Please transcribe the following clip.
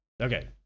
Okay